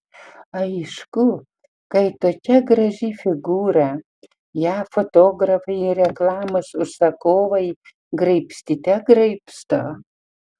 aišku kai tokia graži figūra ją fotografai ir reklamos užsakovai graibstyte graibsto